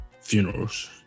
funerals